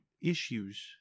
issues